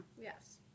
Yes